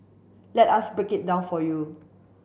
let us break it down for you